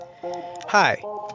Hi